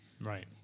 Right